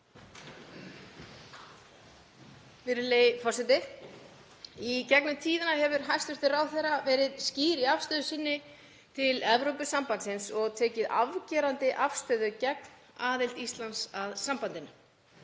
Í gegnum tíðina hefur hæstv. ráðherra verið skýr í afstöðu sinni til Evrópusambandsins og tekið afgerandi afstöðu gegn aðild Íslands að sambandinu.